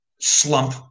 slump